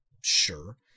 sure